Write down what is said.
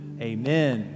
Amen